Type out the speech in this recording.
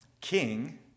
king